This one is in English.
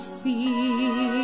feel